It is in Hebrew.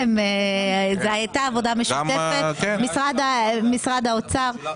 תהיה רשאית הממשלה לפי הצעת שר האוצר,